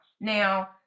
Now